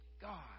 God